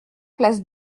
place